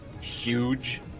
huge